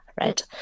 right